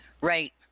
Right